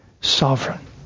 sovereign